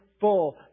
full